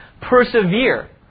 persevere